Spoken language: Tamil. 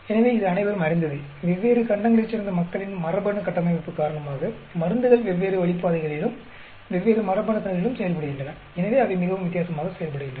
எனவே இது அனைவரும் அறிந்ததே வெவ்வேறு கண்டங்களைச் சேர்ந்த மக்களின் மரபணு கட்டமைப்பு காரணமாக மருந்துகள் வெவ்வேறு வழிபாதைகளிலும் வெவ்வேறு மரபணுக்களிலும் செயல்படுகின்றன எனவே அவை மிகவும் வித்தியாசமாக செயல்படுகின்றன